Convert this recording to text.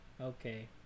Okay